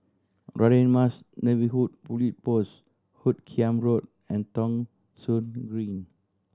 Radin Mas Neighbourhood Police Post Hoot Kiam Road and Thong Soon Green